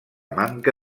manca